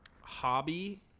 hobby